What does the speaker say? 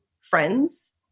friends